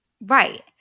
Right